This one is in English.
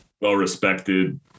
well-respected